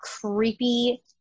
creepy